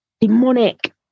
demonic